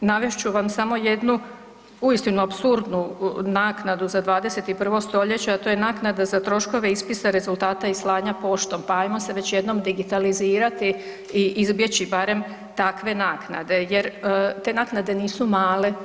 Navest ću vam samo jednu uistinu apsurdnu naknadu za 21. stoljeće, a to je naknada za troškove ispisa rezultata i slanja poštom pa ajmo se već jednom digitalizirati i izbjeći barem takve naknade jer te naknade nisu male.